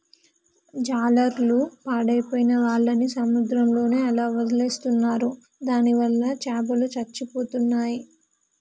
జాలర్లు పాడైపోయిన వాళ్ళని సముద్రంలోనే అలా వదిలేస్తున్నారు దానివల్ల చాపలు చచ్చిపోతున్నాయి